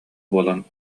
буолан